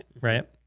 Right